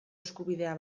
eskubidea